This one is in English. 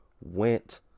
went